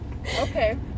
Okay